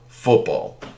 football